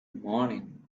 morning